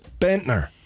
Bentner